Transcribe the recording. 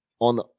on